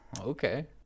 okay